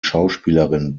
schauspielerin